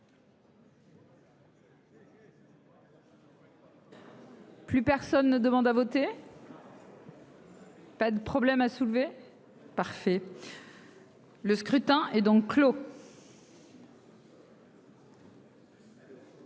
Plus personne ne demande à voter. Pas de problème a soulever parfait. Le scrutin est donc clos.